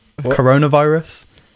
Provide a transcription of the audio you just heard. Coronavirus